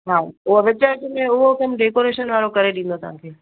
हा उहो विच विच में उहो कमु डेकोरेशन वारो करे ॾींदो तव्हांखे